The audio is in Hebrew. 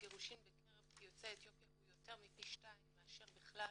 הגירושין בקרב יוצאי אתיופיה הוא יותר מפי שניים מאשר בכלל